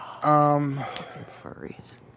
furries